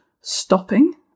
stopping